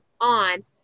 on